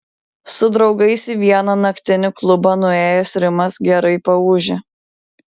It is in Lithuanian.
su draugais į vieną naktinį klubą nuėjęs rimas gerai paūžė